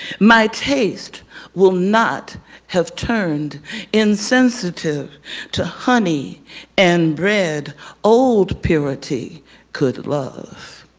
my taste will not have turned insensitive to honey and bread old purity could love.